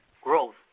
growth